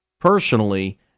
personally